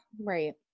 Right